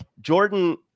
Jordan